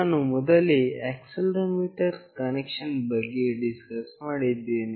ನಾನು ಮೊದಲೇ accelerometer connection ನ ಬಗ್ಗೆ ಡಿಸ್ಕಸ್ ಮಾಡಿದ್ದೇವೆ